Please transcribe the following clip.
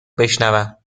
بشنوم